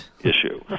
issue